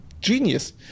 genius